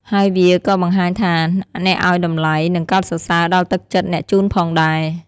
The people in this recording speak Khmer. ហើយវាក៏បង្ហាញថាអ្នកឱ្យតម្លៃ និងកោតសរសើរដល់ទឹកចិត្តអ្នកជូនផងដែរ។